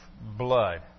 blood